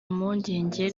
impungenge